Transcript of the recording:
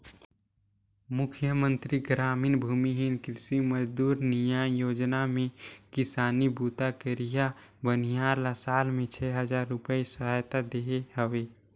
मुख्यमंतरी गरामीन भूमिहीन कृषि मजदूर नियाव योजना में किसानी बूता करइया बनिहार ल साल में छै हजार रूपिया सहायता देहे हवे